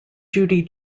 judy